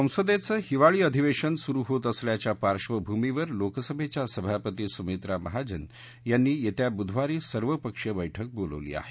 संसदेचं हिवाळी अधिवेशन सुरु होत असल्याच्या पार्श्वभूमीवर लोकसभेच्या सभापती सुमित्रा महाजन यांनी येत्या बुधवारी सर्वपक्षीय बैठक बोलावली आहे